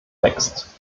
wächst